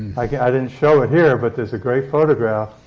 i didn't show it here, but there's a great photograph